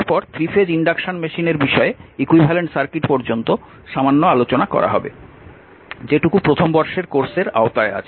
তারপর three phase induction মেশিনের বিষয়ে ইকুইভ্যালেন্ট সার্কিট পর্যন্ত সামান্য আলোচনা করা হবে যেটুকু প্রথম বর্ষের কোর্সের আওতায় আছে